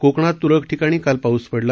कोकणात तुरळक ठिकाणी काल पाऊस पडला